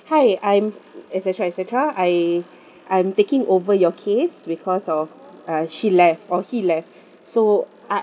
hi I'm et cetera et cetera I I'm taking over your case because of uh she left or he left so I